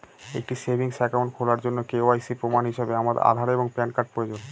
একটি savings account খোলার জন্য কে.ওয়াই.সি প্রমাণ হিসাবে আধার এবং প্যান কার্ড প্রয়োজন